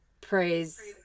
praise